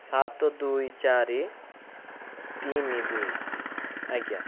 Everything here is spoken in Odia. ସାତ ଦୁଇ ଚାରି ତିନି ଦୁଇ ଆଜ୍ଞା